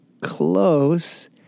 Close